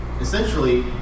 essentially